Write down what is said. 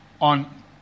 on